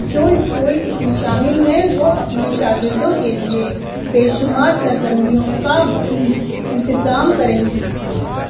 جو اسکول اس میں شامل ہیں وہ اپنے شاگردوں کے لیے بے شمار سرگرمیوں کا بھی انتظام کریں گی